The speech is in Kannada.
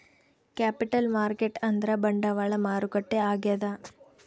ಕ್ಯಾಪಿಟಲ್ ಮಾರ್ಕೆಟ್ ಅಂದ್ರ ಬಂಡವಾಳ ಮಾರುಕಟ್ಟೆ ಆಗ್ಯಾದ